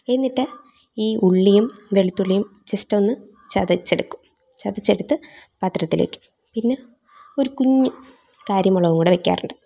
എന്നിട്ട് ഈ ഉള്ളിയും വെളുത്തുള്ളിയും ജസ്റ്റ് ഒന്ന് ചതച്ചെടുക്കും ചതച്ചെടുത്ത് പാത്രത്തിൽ വെക്കും പിന്നെ ഒരു കുഞ്ഞ് കാരി മുളക് കൂടെ വെക്കാറുണ്ട്